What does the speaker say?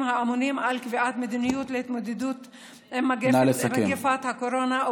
האמונים על קביעת מדיניות להתמודדות עם מגפת הקורונה.